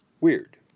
weird